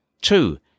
Two